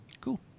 Cool